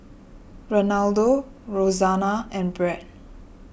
Renaldo Roxanna and Bret